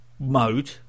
mode